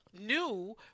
new